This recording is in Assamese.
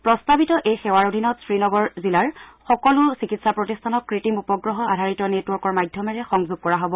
প্ৰস্তাৱিত এই সেৱাৰ অধীনত শ্ৰীনগৰ জিলাৰ সকলো চিকিৎসা প্ৰতিষ্ঠানক কুত্ৰিম উপগ্ৰহ আধাৰিত নেটৱৰ্কৰ মাধ্যমেৰে সংযোগ কৰা হ'ব